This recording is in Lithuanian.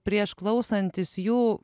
prieš klausantis jų